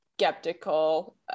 skeptical